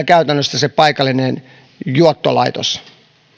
käytännössä se paikallinen juottolaitos